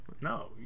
no